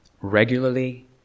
regularly